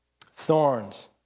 Thorns